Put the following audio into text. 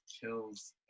kills